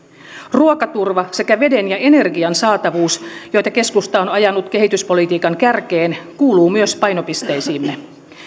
ruokaturva sekä veden ja energian saatavuus joita keskusta on ajanut kehityspolitiikan kärkeen kuuluu myös painopisteisiimme